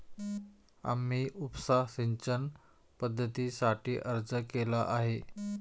आम्ही उपसा सिंचन पद्धतीसाठी अर्ज केला आहे